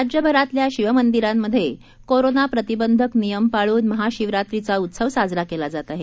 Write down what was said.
राज्यभरातल्या शिवमंदिरांमधे कोरोना प्रतिबंधक नियम पाळून महाशिवरात्रीचा उत्सव साजरा केला जात आहे